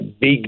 big